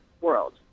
world